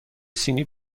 سینی